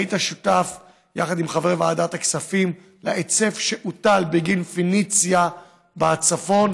היית שותף יחד עם חברי ועדת הכספים להיצף שהוטל בגין פניציה בצפון,